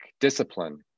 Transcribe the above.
discipline